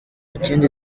kindi